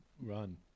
Run